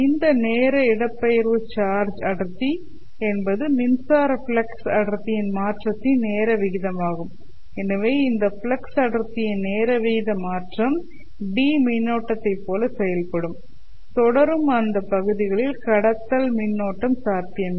இந்த நேர இடப்பெயர்வு சார்ஜ் அடர்த்தி என்பது மின்சார ஃப்ளக்ஸ் அடர்த்தியின் மாற்றத்தின் நேர வீதமாகும் எனவே இந்த ஃப்ளக்ஸ் அடர்த்தியின் நேர வீத மாற்றம் D' மின்னோட்டத்தைப் போல செயல்படும் தொடரும் அந்த பகுதிகளில் கடத்தல் மின்னோட்டம் சாத்தியமில்லை